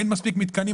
אין מספיק מתקנים.